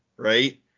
Right